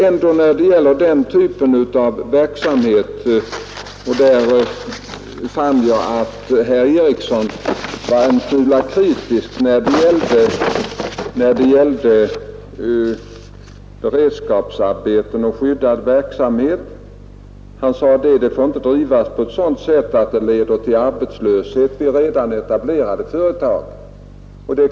Herr Eriksson i Arvika var en smula kritisk mot beredskapsarbeten och skyddad verksamhet. Han sade att denna verksamhet inte fick bedrivas på sådant sätt att det ledde till arbetslöshet vid redan etablerade företag.